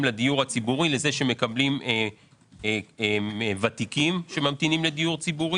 לדיור הציבורי לזה שמקבלים ותיקים שממתינים לדיור ציבורי.